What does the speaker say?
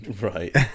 Right